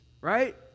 Right